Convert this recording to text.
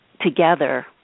together